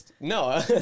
No